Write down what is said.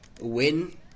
win